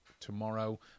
tomorrow